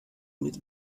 mit